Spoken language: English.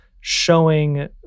showing